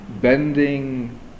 bending